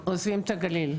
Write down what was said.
3 מיליון